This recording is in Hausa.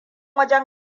wajen